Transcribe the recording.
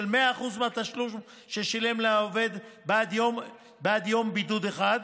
100% התשלום ששילמו לעובד בעד יום בידוד אחד.